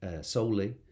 solely